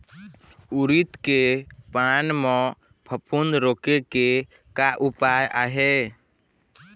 उरीद के पान म फफूंद रोके के का उपाय आहे?